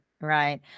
right